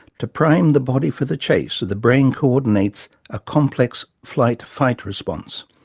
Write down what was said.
to prime the body for the chase, the brain coordinates a complex flight fight response.